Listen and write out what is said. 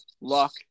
luck